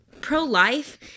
Pro-life